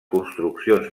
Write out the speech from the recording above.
construccions